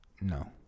No